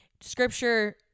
Scripture